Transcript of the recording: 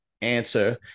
answer